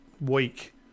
week